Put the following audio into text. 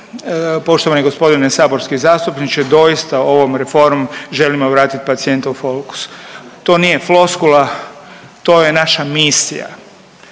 Poštovani g. saborski zastupniče, doista ovom reformom želimo vratiti pacijenta u fokus. To nije floskula, to je naša misija,